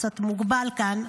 קצת מוגבל כאן,